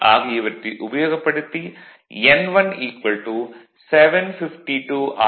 ஆகியவற்றை உபயோகப்படுத்தி n1 752 R